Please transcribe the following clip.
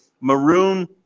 maroon